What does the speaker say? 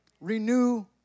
Renew